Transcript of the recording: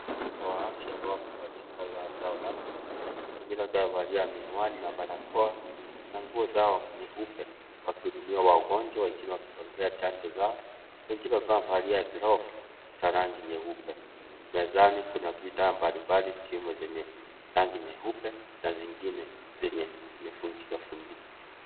Wauguzi wa afya ambao wamevalia sare zao rasmi, wengine wakiwa wamevalia miwani na barakoa na nguo zao nyeupe wakihudumia wagonjwa wengine wakiwapea chanjo zao, wengine wakiwa wamevalia glovu za rangi nyeupe, mezani kuna vitaa mbalimbali zikiwemo zenye rangi nyeupe na zingine zenye zimevunjikavunjika.